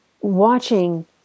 watching